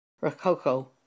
Rococo